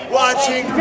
watching